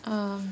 um